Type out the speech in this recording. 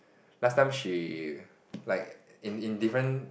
last time she like in in different